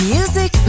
Music